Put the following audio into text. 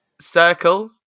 Circle